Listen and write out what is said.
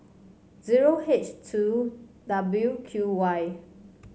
zero H two W Q Y